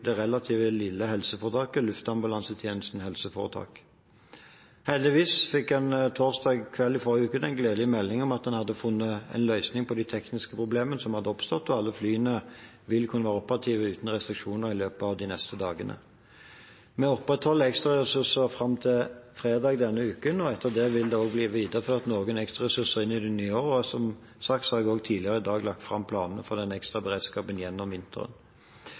det relativt lille helseforetaket Luftambulansetjenesten HF. Heldigvis fikk vi torsdag kveld i forrige uke den gledelige meldingen om at man hadde funnet en løsning på de tekniske problemene som hadde oppstått, og alle flyene vil kunne være operative uten restriksjoner i løpet av de neste dagene. Vi opprettholder ekstraressurser fram til fredag denne uken, og etter det vil det også bli videreført noen ekstraressurser inn i det nye året. Som sagt har jeg også tidligere i dag lagt fram planene for den ekstraberedskapen gjennom vinteren.